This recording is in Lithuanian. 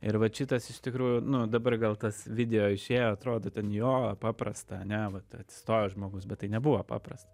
ir vat šitas iš tikrųjų nu dabar gal tas video išėjo atrodo ten jo paprasta ar ne vat atsistojo žmogus bet tai nebuvo paprasta